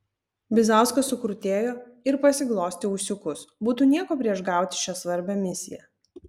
bizauskas sukrutėjo ir pasiglostė ūsiukus būtų nieko prieš gauti šią svarbią misiją